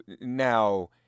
now